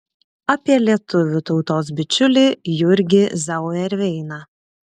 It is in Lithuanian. apie lietuvių tautos bičiulį jurgį zauerveiną